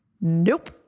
nope